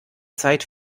zeit